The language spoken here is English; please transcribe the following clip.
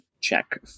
check